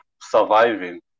surviving